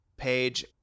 page